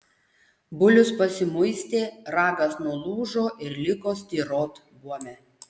bulius pasimuistė ragas nulūžo ir liko styrot buome